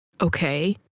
Okay